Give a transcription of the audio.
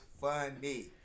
funny